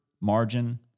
margin